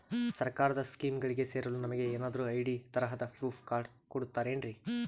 ಸರ್ಕಾರದ ಸ್ಕೀಮ್ಗಳಿಗೆ ಸೇರಲು ನಮಗೆ ಏನಾದ್ರು ಐ.ಡಿ ತರಹದ ಪ್ರೂಫ್ ಕಾರ್ಡ್ ಕೊಡುತ್ತಾರೆನ್ರಿ?